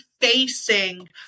facing